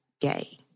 gay